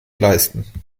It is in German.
leisten